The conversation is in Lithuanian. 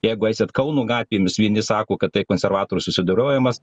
jeigu eisit kauno gatvėmis vieni sako kad tai konservatorių susidorojimas